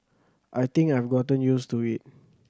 I think I've gotten used to it